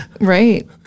Right